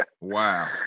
Wow